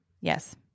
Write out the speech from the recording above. Yes